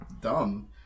dumb